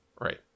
Right